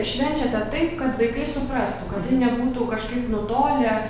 švenčiate taip kad vaikai suprastų kad tai nebūtų kažkaip nutolę